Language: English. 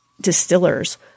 distillers